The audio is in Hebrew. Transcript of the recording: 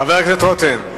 חבר הכנסת רותם.